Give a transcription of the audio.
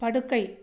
படுக்கை